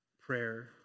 prayer